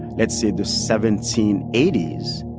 let's say, the seventeen eighty s,